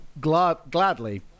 Gladly